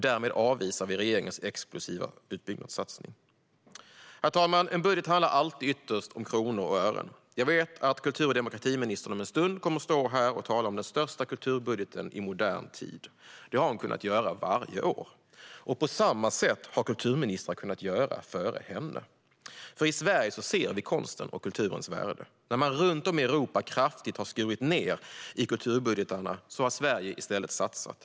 Därmed avvisar vi regeringens explosiva utbyggnadssatsning. Herr talman! En budget handlar alltid ytterst om kronor och ören. Jag vet att kultur och demokratiministern om en stund kommer att stå här och tala om den största kulturbudgeten i modern tid. Det har hon kunnat göra varje år. Och på samma sätt har kulturministrar kunnat göra före henne, för i Sverige ser vi konstens och kulturens värde. När man runt om i Europa har skurit ned kraftigt i kulturbudgetarna har man i Sveriges i stället satsat.